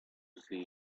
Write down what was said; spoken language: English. see